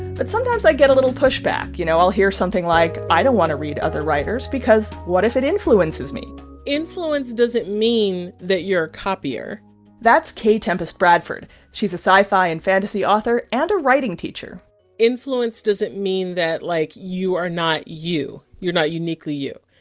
but sometimes, i get a little pushback. you know, i'll hear something like, i don't want to read other writers because what if it influences me influence doesn't mean that you're a copier that's k. tempest bradford. she's a sci-fi and fantasy author and a writing teacher influence doesn't mean that, like, you are not you. you're not uniquely you.